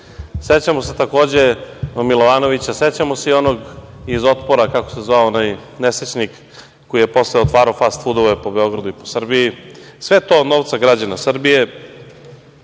valuti.Sećamo se, takođe, Milovanovića. Sećamo se i onog iz „Otpora“, kako se zvao onaj nesrećnik, koji je posle otvarao fast fudove po Beogradu i po Srbiji. Sve je to od novca građana Srbije. Jedan